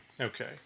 okay